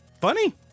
funny